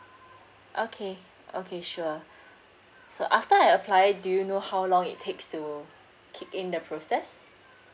okay okay sure so after I apply do you know how long it takes to keep in the process